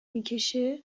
میکشه